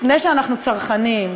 לפני שאנחנו צרכנים,